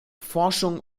forschung